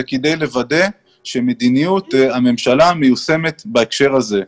זה כדי לוודא שמדיניות הממשלה מיושמת בהקשר הזה.